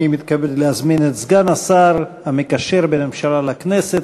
אני מתכבד להזמין את סגן השר המקשר בין הממשלה לכנסת,